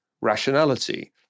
rationality